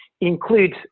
include